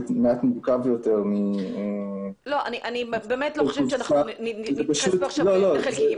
מעט מורכב יותר --- אני לא חושבת שנתייחס פה עכשיו לחלקיקים.